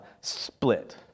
split